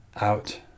out